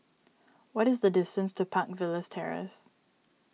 what is the distance to Park Villas Terrace